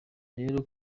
rero